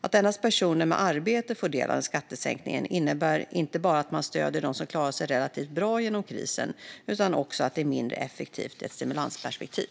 Att endast personer med arbete får del av skattesänkningen innebär inte bara att man stöder dem som klarat sig relativt bra genom krisen utan också att det är mindre effektivt i ett stimulansperspektiv.